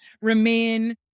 remain